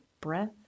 breath